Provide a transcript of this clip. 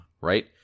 right